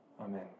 Amen